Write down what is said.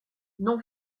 non